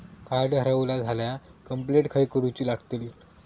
Card हरवला झाल्या complaint खय करूची लागतली?